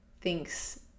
thinks